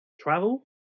travel